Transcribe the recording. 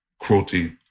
cruelty